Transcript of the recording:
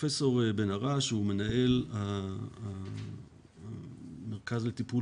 פרופסור בן הרש הוא מנהל המרכז לטיפול